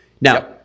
Now